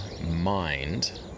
mind